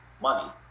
money